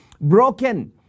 broken